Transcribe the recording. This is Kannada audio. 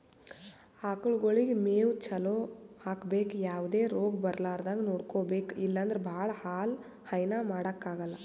ಆಕಳಗೊಳಿಗ್ ಮೇವ್ ಚಲೋ ಹಾಕ್ಬೇಕ್ ಯಾವದೇ ರೋಗ್ ಬರಲಾರದಂಗ್ ನೋಡ್ಕೊಬೆಕ್ ಇಲ್ಲಂದ್ರ ಭಾಳ ಹಾಲ್ ಹೈನಾ ಮಾಡಕ್ಕಾಗಲ್